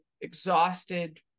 exhausted